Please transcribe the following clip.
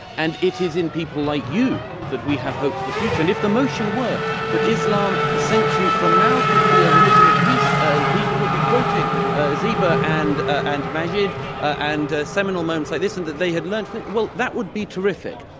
and it is in people like you that we have hope for the future, and if the motion were that islam a century from now could be a religion of peace and people would be quoting ah zeba and and maajid and seminal moments like this and that they had learned well, that would be terrific,